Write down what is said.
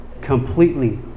Completely